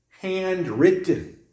handwritten